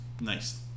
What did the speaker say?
nice